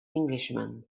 englishman